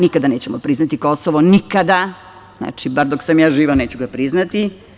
Nikada nećemo priznati Kosovo, nikada, znači, bar dok sam ja živa neću ga priznati.